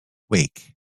wake